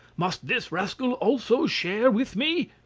must this rascal also share with me?